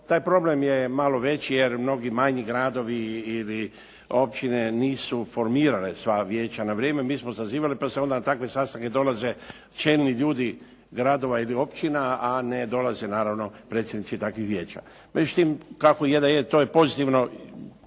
taj problem je malo veći, jer mnogi manji gradovi ili općine nisu formirale sva vijeća na vrijeme. Mi smo sazivali pa se onda na takve sastanke dolaze čelni ljudi gradova ili općina, a ne dolaze naravno predsjednici takvih vijeća. Međutim, kako je da je to je pozitivno,